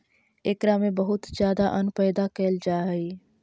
एकरा में बहुत ज्यादा अन्न पैदा कैल जा हइ